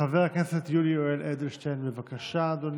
חבר הכנסת יולי יואל אדלשטיין, בבקשה, אדוני.